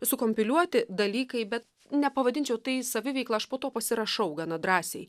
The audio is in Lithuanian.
sukompiliuoti dalykai bet nepavadinčiau tai saviveikla aš po tuo pasirašau gana drąsiai